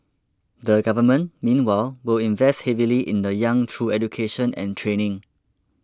the Government meanwhile will invest heavily in the young through education and training